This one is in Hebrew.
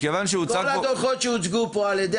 מכיוון שהוצג פה --- כל הדוחות שהוצגו פה על ידי